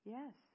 Yes